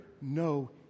no